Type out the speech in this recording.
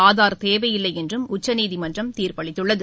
ஆதார் தேவையில்லை என்றும் உச்சநீதிமன்றம் தீர்ப்பு அளித்துள்ளது